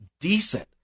decent